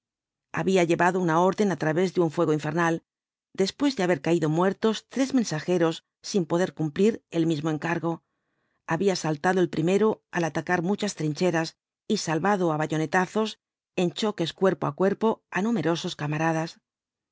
había llevado una orden á través de un fuego infernal después de haber caído muertos tres mensajeros sin poder cumplir el mismo encargo había saltado el primero al atacar muchas trincheras y salvado á bayonetazos en choques cuerpo á cuerpo á numerosos camaradas